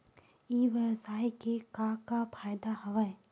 ई व्यवसाय के का का फ़ायदा हवय?